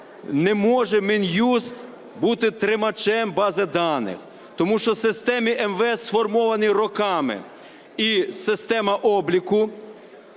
не може Мін'юст бути тримачем бази даних, тому що в системі МВС сформована роками і система обліку,